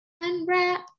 Unwrap